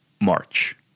march